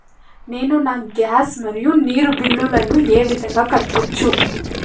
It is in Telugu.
నేను నా గ్యాస్, మరియు నీరు బిల్లులను ఏ విధంగా కట్టొచ్చు?